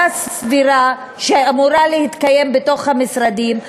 סבירה שאמורה להתקיים בתוך המשרדים,